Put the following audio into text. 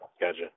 Gotcha